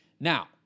Now